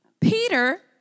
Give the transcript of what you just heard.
Peter